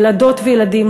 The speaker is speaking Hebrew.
ילדות וילדים,